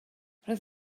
roedd